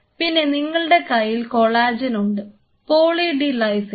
പിന്നെ നിങ്ങളുടെ കയ്യിൽ കൊളാജൻ ഉണ്ട് പോളി ഡി ലൈസിൻ ഉണ്ട്